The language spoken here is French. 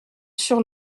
sur